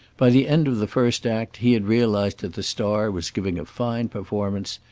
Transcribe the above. by the end of the first act he had realized that the star was giving a fine performance,